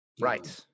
Right